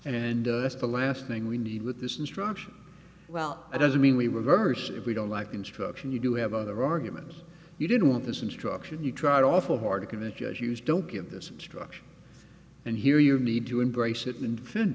and that's the last thing we need with this instruction well it doesn't mean we reverse it we don't like instruction you do have other argument you didn't want this instruction you tried awful hard to convince judge hughes don't give this instruction and here you need to embrace it and s